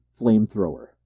flamethrower